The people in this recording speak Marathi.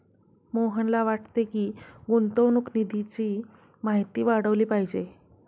मोहनला वाटते की, गुंतवणूक निधीची माहिती वाढवली पाहिजे